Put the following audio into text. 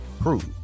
prove